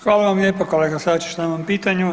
Hvala vam lijepa, kolega Sačić na ovom pitanju.